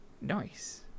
nice